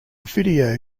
video